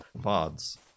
VODs